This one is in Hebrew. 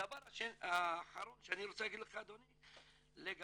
הדבר האחרון שאני רוצה להגיד לך אדוני זה לגבי